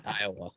Iowa